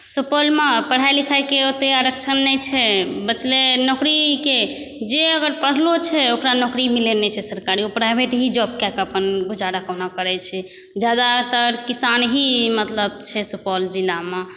सुपौलमे पढ़ाइ लिखाइके ओतेक आरक्षण नहि छै बचलै नौकरीके जे अगर पढ़लो छै ओकरा नौकरी मिलै नहि छै सरकारी ओ प्राइवेट ही जॉब कऽ कऽ अपन गुजारा कहुना करै छै ज्यादातर किसान ही मतलब छै सुपौल जिलामे